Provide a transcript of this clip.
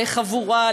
לחבורה,